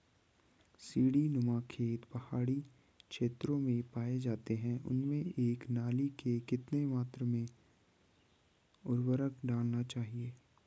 सीड़ी नुमा खेत पहाड़ी क्षेत्रों में पाए जाते हैं उनमें एक नाली में कितनी मात्रा में उर्वरक डालना चाहिए?